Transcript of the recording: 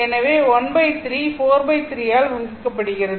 எனவே ⅓ 43 ஆல் வகுக்கப்படுகிறது